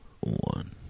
one